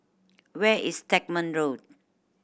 where is Stagmont Road